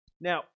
Now